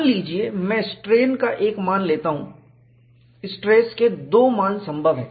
मान लीजिए कि मैं स्ट्रेन का एक मान लेता हूं स्ट्रेस के दो मान संभव हैं